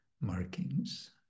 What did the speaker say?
markings